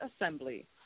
assembly